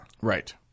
Right